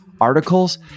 articles